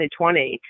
2020